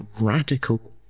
radical